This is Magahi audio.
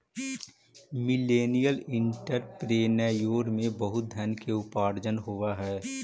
मिलेनियल एंटरप्रेन्योर में बहुत धन के उपार्जन होवऽ हई